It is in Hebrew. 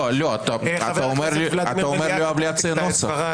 לא, אתה אומר ליואב לייצר נוסח.